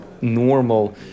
normal